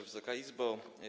Wysoka Izbo!